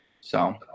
So-